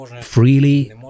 freely